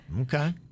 Okay